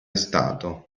stato